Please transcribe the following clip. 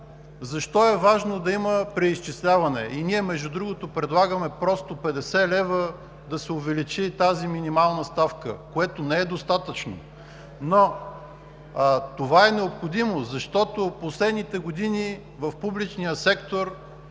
Защо е важно да има преизчисляване? Ние, между другото, предлагаме просто с 50 лв. да се увеличи тази минимална ставка, което не е достатъчно, но това е необходимо, защото в последните години в публичния сектор